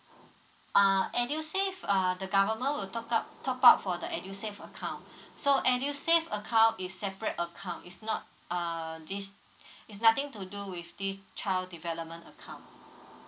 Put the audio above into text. err edusave err the government will top up top up for the edusave account so edusave account is separate account is not err this is nothing to do with this child development account